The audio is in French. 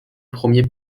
premier